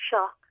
shock